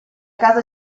casa